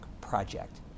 project